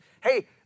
hey